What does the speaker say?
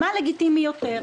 מה לגיטימי יותר?